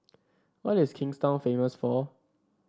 what is Kingstown famous for